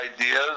ideas